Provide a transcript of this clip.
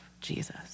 Jesus